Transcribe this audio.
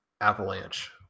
avalanche